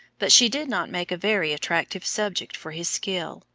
but she did not make a very attractive subject for his skill,